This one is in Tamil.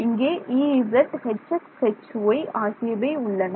இங்கே Ez Hx Hy ஆகியவை உள்ளன